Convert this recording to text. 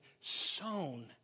sown